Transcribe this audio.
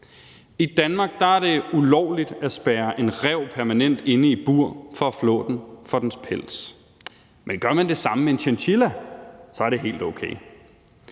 I Danmark er det ulovligt at spærre en ræv permanent inde i et bur for at flå den for dens pels, men gør man det samme med en chinchilla, er det helt okay.